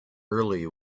early